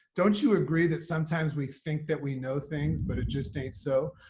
don't you agree that sometimes we think that we know things, but it just ain't so.